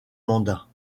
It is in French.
mandat